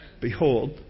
Behold